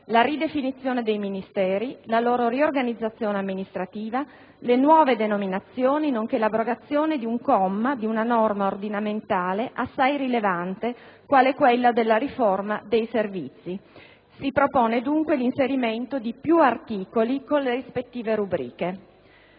la ridefinizione dei Ministeri, la loro riorganizzazione amministrativa, le nuove denominazioni, nonché l'abrogazione di un comma di una norma ordinamentale assai rilevante, quale quella della riforma dei Servizi. Si propone, dunque, l'inserimento di più articoli con le rispettive rubriche.